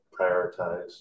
prioritize